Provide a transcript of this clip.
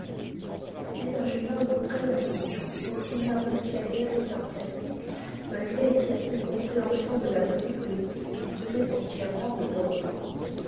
c'était un jeune homme très intelligent quoiqu'il n'appréciât guère les arts plastiques malgré une certaine compréhension de la beauté poétique qu'il tenait entièrement de dorian